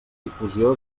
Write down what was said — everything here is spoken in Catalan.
difusió